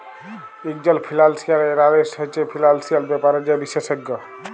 ইকজল financial analyst হছে financial ব্যাপারে যে বিশেষজ্ঞ